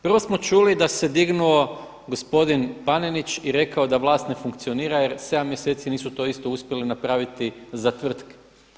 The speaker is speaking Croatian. Prvo smo čuli da se dignuo gospodin Panenić i rekao da vlast ne funkcionira jer 7 mjeseci nisu to isto napraviti za tvrtke.